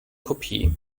kopie